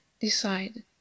decide